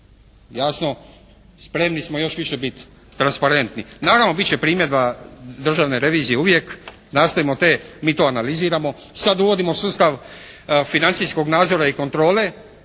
Jasno, spremni smo još više biti transparentni. Naravno bit će primjedba državne revizije uvijek. Nastojimo te, mi to analiziramo. Sad uvodimo sustav financijskog nadzora i kontrole.